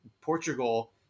Portugal